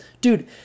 Dude